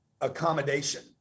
accommodation